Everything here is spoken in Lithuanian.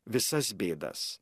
visas bėdas